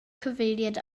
cyfeiriad